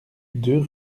deux